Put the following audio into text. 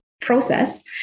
process